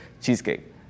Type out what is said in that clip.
cheesecake